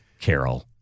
Carol